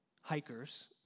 hikers